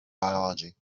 biology